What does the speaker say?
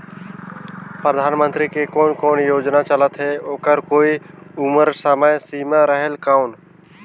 परधानमंतरी के कोन कोन योजना चलत हे ओकर कोई उम्र समय सीमा रेहेल कौन?